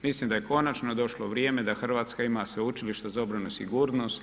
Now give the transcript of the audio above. Mislim da je konačno došlo vrijeme da Hrvatska ima Sveučilište za obranu i sigurnost.